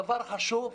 דבר חשוב,